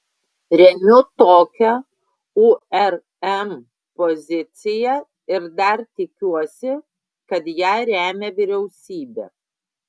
remiu tokią urm poziciją ir dar tikiuosi kad ją remia vyriausybė